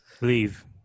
Leave